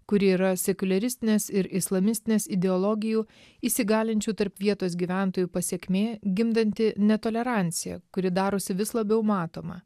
kuri yra sekuliaristinės ir islamistinės ideologijų įsigalinčių tarp vietos gyventojų pasekmė gimdanti netoleranciją kuri darosi vis labiau matoma